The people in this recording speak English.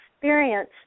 experience